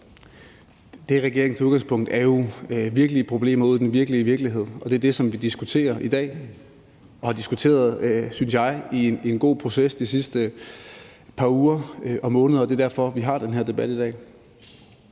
der er regeringens udgangspunkt, er jo virkelige problemer ude i den virkelige virkelighed. Og det er det, som vi diskuterer i dag og har diskuteret, synes jeg, i en god proces de sidste par uger og måneder, og det er derfor, vi har den her debat i dag.